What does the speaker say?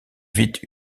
vite